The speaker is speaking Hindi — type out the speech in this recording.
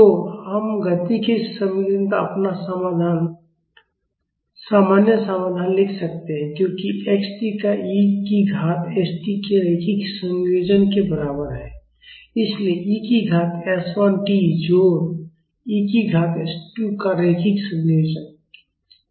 तो हम गति के इस समीकरण का अपना सामान्य समाधान लिख सकते हैं क्योंकि x t का e की घात st के रैखिक संयोजन के बराबर है इसलिए e की घात s 1 t जोड़ e की घात s 2 t का रैखिक संयोजन